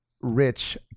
Rich